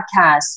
podcast